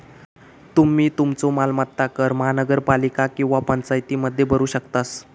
तुम्ही तुमचो मालमत्ता कर महानगरपालिका किंवा पंचायतीमध्ये भरू शकतास